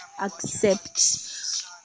accept